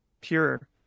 pure